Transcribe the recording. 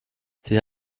sie